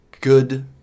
good